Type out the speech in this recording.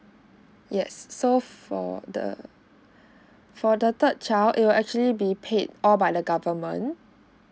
yes so for the for the third child it will actually be paid all by the government